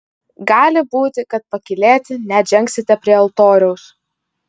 gali būti kad pakylėti net žengsite prie altoriaus